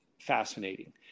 fascinating